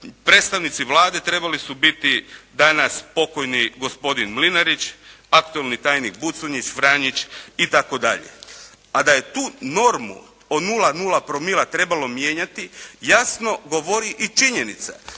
Predstavnici Vlade trebali su biti danas pokojni gospodin Mlinarić, aktualni tajnik Buconjić, Franjić itd. A da je tu normu o 0,00 promila trebalo mijenjati jasno govori i činjenica